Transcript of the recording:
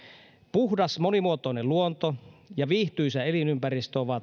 puhdas monimuotoinen luonto ja viihtyisä elinympäristö ovat